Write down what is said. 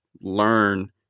learn